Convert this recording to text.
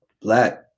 black